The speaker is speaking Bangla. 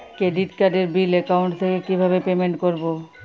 ক্রেডিট কার্ডের বিল অ্যাকাউন্ট থেকে কিভাবে পেমেন্ট করবো?